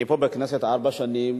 אני פה בכנסת ארבע שנים,